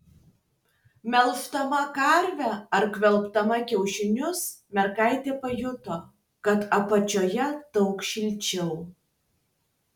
melždama karvę ar gvelbdama kiaušinius mergaitė pajuto kad apačioje daug šilčiau